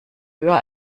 höher